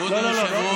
אבל אמיר, שנייה.